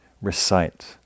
recite